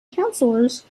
councilors